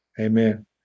Amen